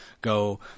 go